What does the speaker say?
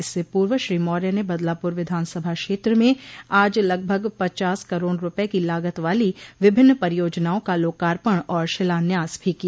इससे पूर्व श्री मौर्य ने बदलापुर विधानसभा क्षेत्र में आज लगभग पचास करोड़ रूपये की लागत वाली विभिन्न परियोजनाओं का लोकार्पण और शिलान्यास भी किया